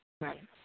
Right